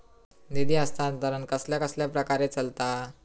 निधी हस्तांतरण कसल्या कसल्या प्रकारे चलता?